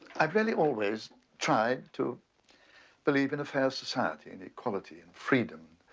really always tried to believe in a fair society in equality and freedom